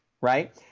right